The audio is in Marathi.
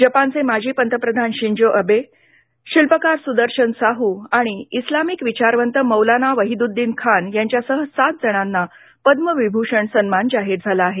जपानचे माजी पंतप्रधान शिंजो अबे शिल्पकार सुदर्शन साहू आणि इस्लामिक विचारवंत मौलाना वाहिद्दिन खान यांच्यासह सात जणांना पद्मविभूषण सन्मान जाहीर झाला आहे